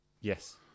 Yes